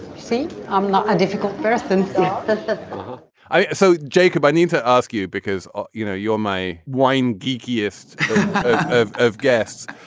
see i'm not a difficult person ah ah so jacob i need to ask you because ah you know you're my wine geek list of of guests.